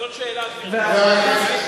זאת שאלה, גברתי.